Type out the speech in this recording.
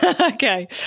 Okay